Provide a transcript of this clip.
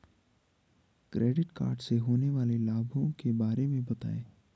Credit card से होने वाले लाभों के बारे में बताएं?